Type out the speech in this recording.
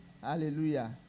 Hallelujah